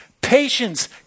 patience